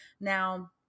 Now